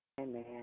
Amen